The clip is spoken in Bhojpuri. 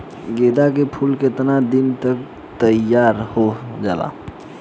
गेंदा के फूल केतना दिन में तइयार हो जाला?